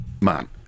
man